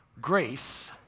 Grace